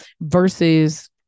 versus